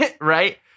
Right